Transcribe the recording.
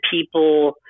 people